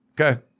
Okay